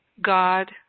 God